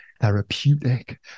therapeutic